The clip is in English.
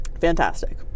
fantastic